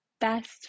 best